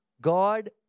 God